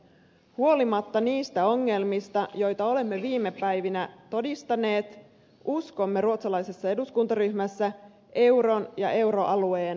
huolimatta niistä ongelmista joita olemme viime päivinä todistaneet uskomme ruotsalaisessa eduskuntaryhmässä euron ja euroalueen tulevaisuuteen